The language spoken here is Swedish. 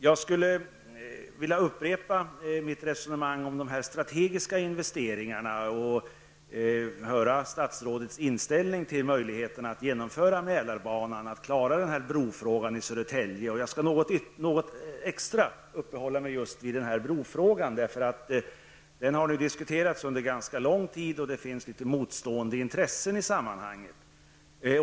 Jag skulle vilja upprepa mitt resonemang om de strategiska investeringarna och höra statsrådets inställning till möjligheterna att genomföra projektet Mälarbanan och klara av frågan om Södertäljebron. Jag skall något extra uppehålla mig vid just brofrågan, för den har diskuterats nu under ganska lång tid. Där finns litet motstående intressen.